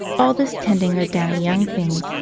all this tending of downy young things,